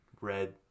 red